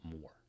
more